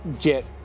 get